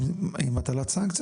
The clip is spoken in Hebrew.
עם הטלת סנקציות.